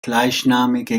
gleichnamige